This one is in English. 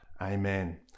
Amen